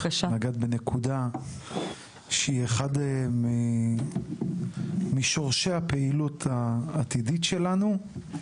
נגעת בנקודה שהיא אחת משורשי הפעילות העתידית שלנו,